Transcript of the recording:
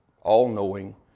all-knowing